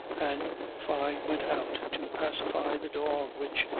and fyne went out to pacify the dog which,